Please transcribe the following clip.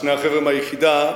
שני החבר'ה מהיחידה,